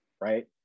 right